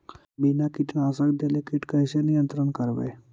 बिना कीटनाशक देले किट कैसे नियंत्रन करबै?